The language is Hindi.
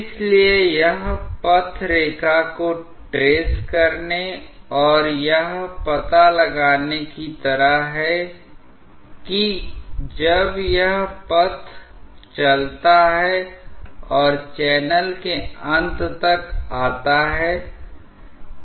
इसलिए यह पथ रेखा को ट्रेस करने और यह पता लगाने की तरह है कि जब यह पथ चलता है और चैनल के अंत तक आता है